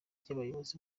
ry’abayobozi